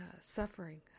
suffering